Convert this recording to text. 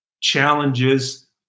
challenges